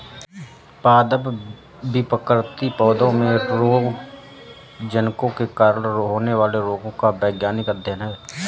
पादप विकृति पौधों में रोगजनकों के कारण होने वाले रोगों का वैज्ञानिक अध्ययन है